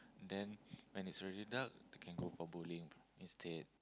then when it's already dark we can go for bowling instead